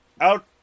out